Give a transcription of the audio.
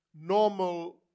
normal